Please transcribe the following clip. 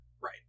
Right